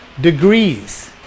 degrees